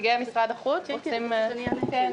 נציגי משרד החוץ יוכלו לענות.